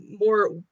more